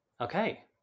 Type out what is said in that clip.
Okay